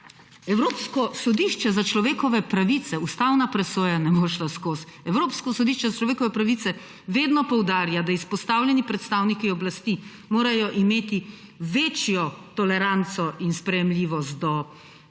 Evropsko sodišče za človekove pravice, ustavna presoja ne bo šla skozi. Evropsko sodišče za človekove pravice vedno poudarja, da izpostavljeni predstavniki oblasti morajo imeti večjo toleranco in sprejemljivost do